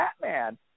Batman